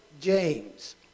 james